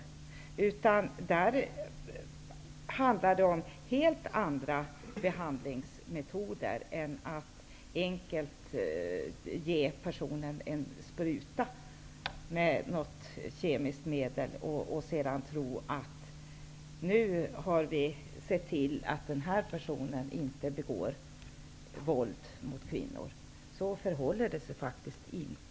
Det krävs helt andra behandlingsmetoder än att helt enkelt ge personen en spruta med något kemiskt medel för att se till att han inte begår våld mot kvinnor. Så är det faktiskt.